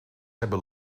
hebben